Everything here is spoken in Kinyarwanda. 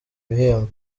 bihembo